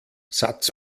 satz